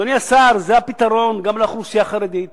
אדוני השר, זה הפתרון גם לאוכלוסייה החרדית